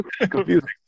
confusing